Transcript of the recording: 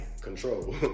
control